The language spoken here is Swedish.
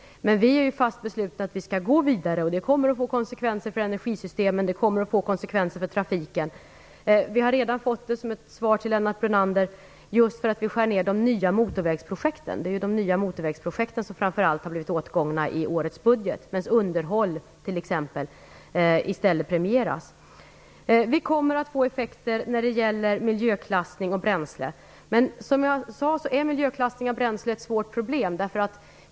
Men vi är fast beslutna att vi skall gå vidare. Det kommer att få konsekvenser för energisystemen och trafiken. Vi skär ner i de nya motorvägsprojekten - detta som svar till Lennart Brunander - i årets budget. I stället premieras underhåll. Vi kommer att få effekter när det gäller miljöklassning av bränslen. Men miljöklassningen är ett svårt problem.